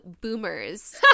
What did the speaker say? Boomers